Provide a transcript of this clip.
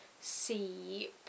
see